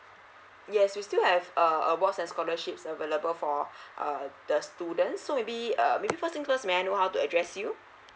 yes we still have a a was a scholarships available for uh the students so maybe uh maybe first thing first may I know how to address you